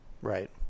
Right